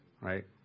right